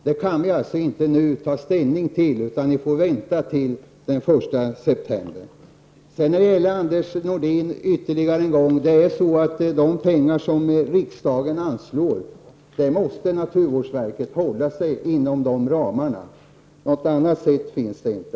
Det kan vi inte nu ta ställning till, utan ni får vänta till den 1 september. Jag vill ännu en gång till Anders Nordin säga att naturvårdsverket måste hålla sig inom de medelsramar som riksdagen fastställer. Något annat sätt finns inte.